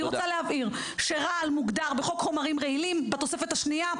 אני רוצה להבהיר שרעל מוגדר בחוק חומרים רעלים בתוספת השנייה.